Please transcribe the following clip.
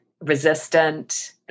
resistant